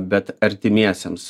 bet artimiesiems